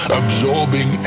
absorbing